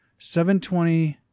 720